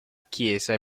chiesa